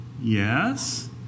Yes